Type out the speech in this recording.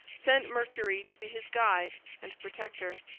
sent mercury to be his guide and protector.